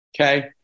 Okay